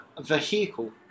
vehicle